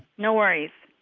no worries.